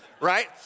right